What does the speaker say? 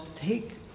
take